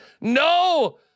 no